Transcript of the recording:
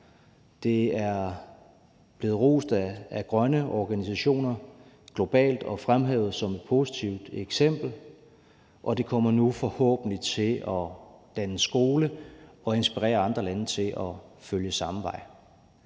det er blevet rost af grønne organisationer globalt og fremhævet som et positivt eksempel, og det kommer nu forhåbentlig til at danne skole og inspirere andre lande til at følge samme vej.